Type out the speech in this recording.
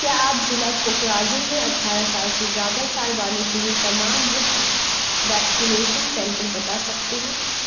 کیا آپ ضلع کوکراجھر میں اٹھارہ سال سے زیادہ سال والوں کے لیے تمام مفت ویکسینیشن سینٹر بتا سکتے ہو